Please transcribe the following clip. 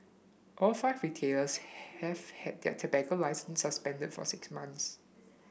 all five retailers have had their tobacco licences suspended for six months